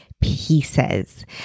pieces